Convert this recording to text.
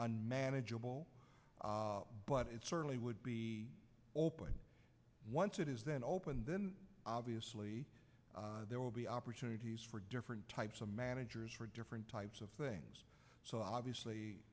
unmanageable but it certainly would be open once it is then open then obviously there will be opportunities for different types of managers for different types of things so obviously